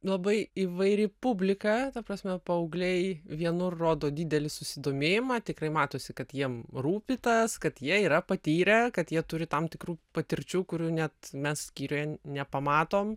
labai įvairi publika ta prasme paaugliai vienur rodo didelį susidomėjimą tikrai matosi kad jiem rūpi tas kad jie yra patyrę kad jie turi tam tikrų patirčių kurių net mes skyriuje nepamatom